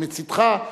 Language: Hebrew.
מצדך,